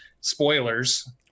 spoilers